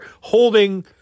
holding